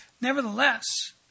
Nevertheless